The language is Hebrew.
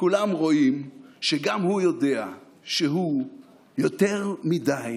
כולם רואים שגם הוא יודע שהוא יותר מדי